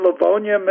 Livonia